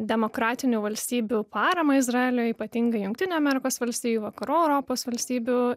demokratinių valstybių paramą izraeliui ypatingai jungtinių amerikos valstijų vakarų europos valstybių